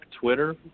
Twitter